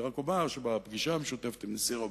אני רק אומר שבפגישה המשותפת עם נשיא רומניה,